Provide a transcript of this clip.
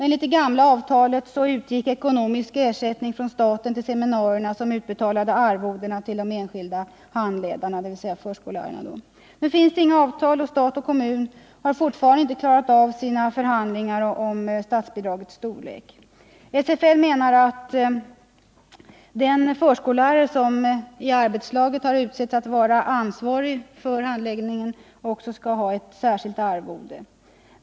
Enligt det gamla avtalet utgick ekonomisk ersättning från staten till seminarierna, som utbetalade arvodena till de enskilda handledarna, dvs. förskollärarna. Nu finns det inget avtal, och stat och kommun har fortfarande inte klarat av sina förhandlingar om statsbidragets storlek. SFL menar att en förskollärare som i arbetslaget har utsetts till att vara ansvarig för handläggningen också bör ha ett särskilt arvode.